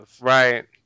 right